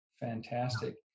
fantastic